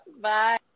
Bye